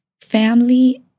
Family